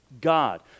God